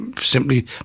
simply